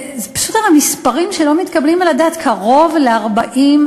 אלה פשוט מספרים שלא מתקבלים על הדעת: קרוב ל-40,000,